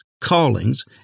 callings